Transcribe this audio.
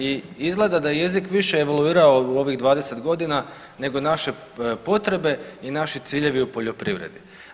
I izgleda da je jezik više evaluirao u ovih 20 godina nego naše potrebe i naši ciljevi u poljoprivredi.